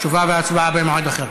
תשובה והצבעה במועד אחר.